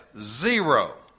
Zero